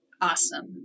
Awesome